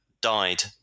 Died